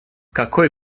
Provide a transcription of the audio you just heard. какой